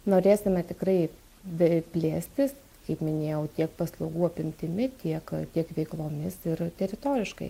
norėsime tikrai bi plėstis kaip minėjau tiek paslaugų apimtimi tiek tiek veiklomis ir teritoriškai